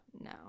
no